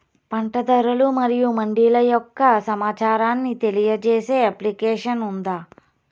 పంట ధరలు మరియు మండీల యొక్క సమాచారాన్ని తెలియజేసే అప్లికేషన్ ఉందా?